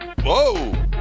Whoa